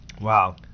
Wow